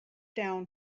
down